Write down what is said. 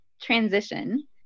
transition